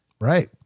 right